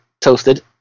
toasted